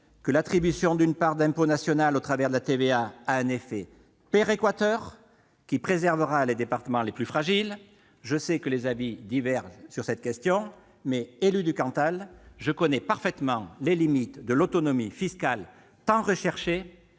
que l'attribution d'une part de l'impôt national qu'est la TVA a un effet péréquateur qui préservera les départements les plus fragiles. Je sais que les avis divergent sur cette question, mais, élu du Cantal, je connais parfaitement les limites de l'autonomie fiscale, tant recherchée